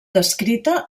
descrita